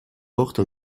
porte